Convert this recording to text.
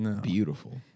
Beautiful